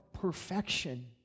Perfection